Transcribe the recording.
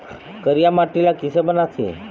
करिया माटी ला किसे बनाथे?